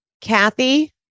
Kathy